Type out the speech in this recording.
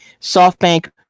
SoftBank